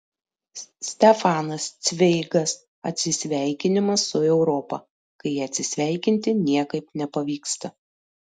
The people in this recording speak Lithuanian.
stefanas cveigas atsisveikinimas su europa kai atsisveikinti niekaip nepavyksta